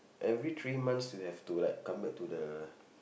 every three months you have to like come back to the